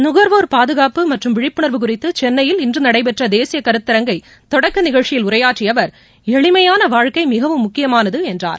நுகாவோர் பாதுகாப்பு மற்றும் விழிப்புணா்வு குறித்து சென்னையில் இன்று நடைபெற்ற தேசிய கருத்தரங்க தொடக்க நிகழ்ச்சியில் உரையாற்றிய அவர் எளிமையான வாழ்க்கை மிகவும் முக்கியமானது என்றார்